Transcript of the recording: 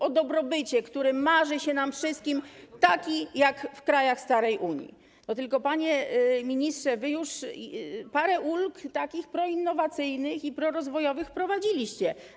o dobrobycie, który marzy się nam wszystkim taki, jak w krajach starej Unii, tylko panie ministrze, wy już parę takich proinnowacyjnych i prorozwojowych ulg wprowadziliście.